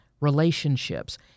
relationships